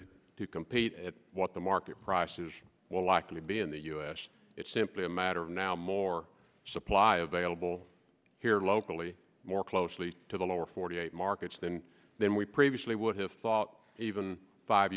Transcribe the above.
them to compete at what the market prices will likely be in the u s it's simply a matter of now more supply available here locally more closely to the lower forty eight markets than than we previously would have thought even five